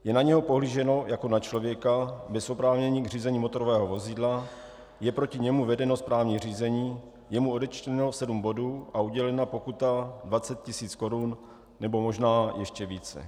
Je na něho pohlíženo jako na člověka bez oprávnění k řízení motorového vozidla, je proti němu vedeno správní řízení, je mu odečteno sedm bodů a udělena pokuta 20 tisíc korun, nebo možná ještě více.